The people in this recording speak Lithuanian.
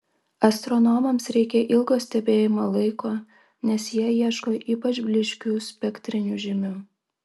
astronomams reikia ilgo stebėjimo laiko nes jie ieško ypač blyškių spektrinių žymių